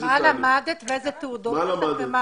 מה למדת ואיזה תעודות את צריכה?